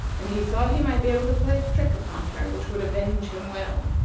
and he thought he might be able to play a trick upon her which would avenge him well.